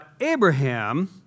Abraham